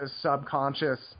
subconscious